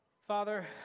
Father